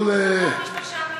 זה פחות מ-3 מיליון.